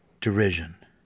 derision